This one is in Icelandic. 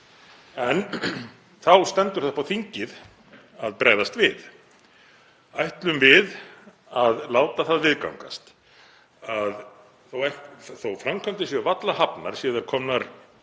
En þá stendur það upp á þingið að bregðast við. Ætlum við að láta það viðgangast að þótt framkvæmdir séu varla hafnar séu þær komnar